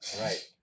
Right